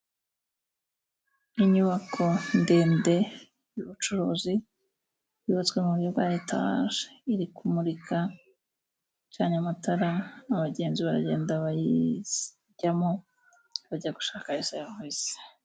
Inyubako ndende y'ubucuruzi yubatswe mu buryo bwa etaje, iri kumurika icanye amatara abagenzi baragenda bayijyamo bajya gushakayo serivise.